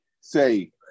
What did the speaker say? say